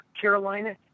Carolina